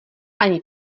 ani